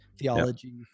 theology